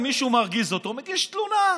אם מישהו מרגיז אותו, מגיש תלונה,